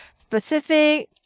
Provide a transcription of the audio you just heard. specific